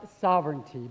sovereignty